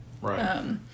Right